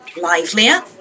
livelier